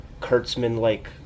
Kurtzman-like